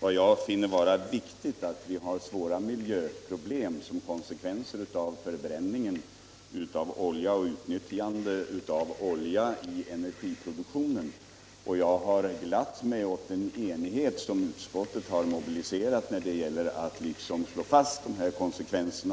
vad jag finner vara viktigt, nämligen att vi har svåra miljöproblem som konsekvenser av förbränningen av olja och utnyttjandet av olja i energiproduktionen. Jag har glatt mig åt den enighet som utskottet mobiliserat när det gäller att slå fast dessa konsekvenser.